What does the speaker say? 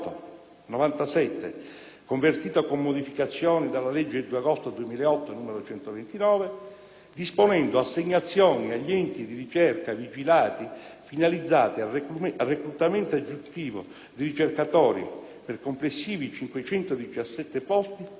97, convertito, con modificazioni, dalla legge 2 agosto 2008, n. 129, disponendo assegnazioni agli enti di ricerca vigilati, finalizzate al reclutamento aggiuntivo di ricercatori per complessivi 517 posti,